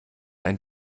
einen